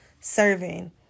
serving